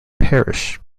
perish